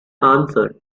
answered